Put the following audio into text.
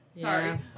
Sorry